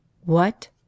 What